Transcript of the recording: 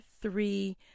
three